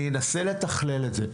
אני אנסה לתכלל את זה.